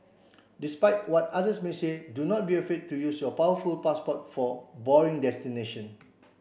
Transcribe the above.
despite what others may say do not be afraid to use your powerful passport for boring destination